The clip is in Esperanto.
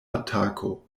atako